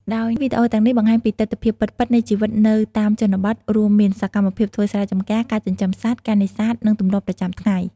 ដោយវីដេអូទាំងនេះបង្ហាញពីទិដ្ឋភាពពិតៗនៃជីវិតនៅតាមជនបទ រួមមាន សកម្មភាពធ្វើស្រែចំការ ការចិញ្ចឹមសត្វ ការនេសាទ និងទម្លាប់ប្រចាំថ្ងៃ។